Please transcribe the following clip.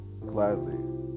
Gladly